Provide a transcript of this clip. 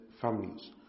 families